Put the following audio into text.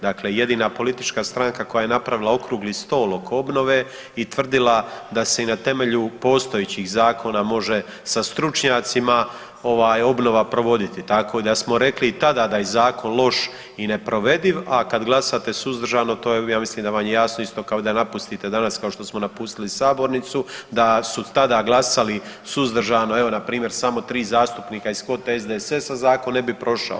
Dakle, jedina politička stranka koja je napravila okrugli stol oko obnove i tvrdila da se i na temelju postojećih zakona može sa stručnjacima ovaj obnova provoditi, tako da smo rekli i tada da je zakon loš i neprovediv, a kad glasate suzdržano to je ja mislim da vam je jasno isto kao da napustite danas kao što smo napustili sabornicu da su tada glasali suzdržano, evo npr. samo 3 zastupnika iz … [[Govornik se ne razumije]] SDSS-a zakon ne bi prošao.